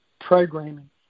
programming